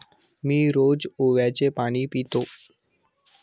मी रोज ओव्याचे पाणी पितो